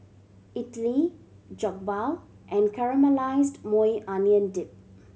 Idili Jokbal and Caramelized Maui Onion Dip